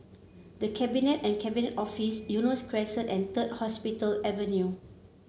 The Cabinet and Cabinet Office Eunos Crescent and Third Hospital Avenue